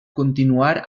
continuar